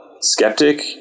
skeptic